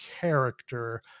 character